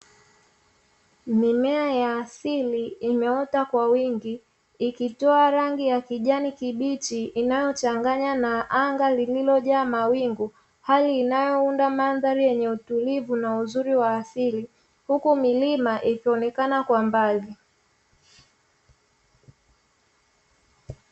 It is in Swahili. Mimea ya asili imeota kwa wingi ikitoa rangi ya kijani kibichi inayochanganya na anga lililojaa mawingu, hali inayounda mandhari yenye utulivu na uzuri wa asili, huku milima ikionekana kwa mbali.